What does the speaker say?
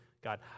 God